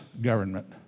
government